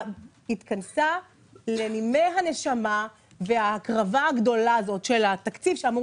התכנסה לנימי הנשמה וההקרבה הגדולה הזאת של התקציב שאמור